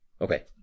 okay